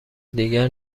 دیگر